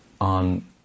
on